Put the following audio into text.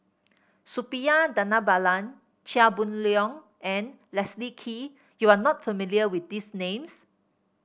Suppiah Dhanabalan Chia Boon Leong and Leslie Kee you are not familiar with these names